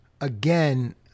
Again